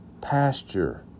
pasture